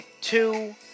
two